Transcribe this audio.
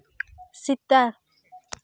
ᱥᱮᱛᱟ